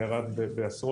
לא תופעה ישראלית,